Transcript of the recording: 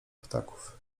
ptaków